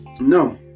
No